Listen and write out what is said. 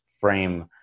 frame